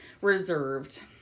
reserved